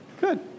Good